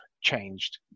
changed